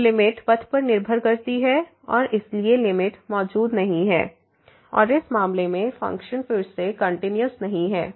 तो लिमिट पथ पर निर्भर करती है और इसलिए लिमिट मौजूद नहीं है और इस मामले में फ़ंक्शन फिर से कंटिन्यूस नहीं है